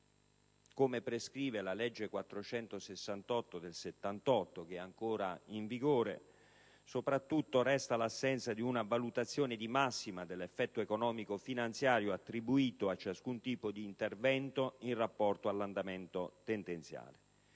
come prescrive la legge 5 agosto 1978, n. 468 (che è ancora in vigore), resta l'assenza di una valutazione di massima dell'effetto economico‑finanziario attribuito a ciascun tipo di intervento in rapporto all'andamento tendenziale.